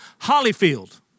Hollyfield